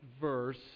verse